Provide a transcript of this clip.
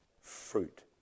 fruit